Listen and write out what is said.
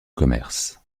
commerces